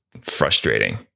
frustrating